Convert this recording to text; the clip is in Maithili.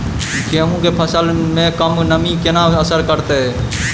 गेंहूँ केँ फसल मे कम नमी केना असर करतै?